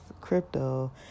crypto